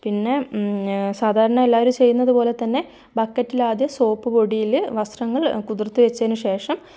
പിന്നെ സാധാരണ എല്ലാവരും ചെയ്യുന്നതു പോലെ തന്നെ ബക്കറ്റിൽ ആദ്യം സോപ്പു പൊടിയിൽ വസ്ത്രങ്ങൾ കുതിർത്തി വച്ചതിനു ശേഷം